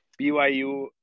BYU